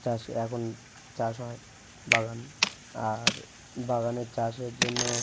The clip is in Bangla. চাষ এখন চাষ হয় বাগান আর বাগানের চাষের জন্য